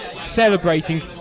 celebrating